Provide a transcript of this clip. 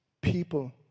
people